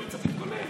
אני צריך להתכונן.